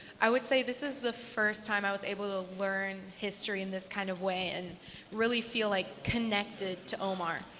i would say this is the first time i was able to learn history in this kind of way and really feel like connected to omar.